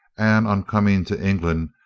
and, on coming to england,